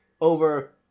over